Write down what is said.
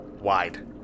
wide